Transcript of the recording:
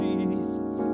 Jesus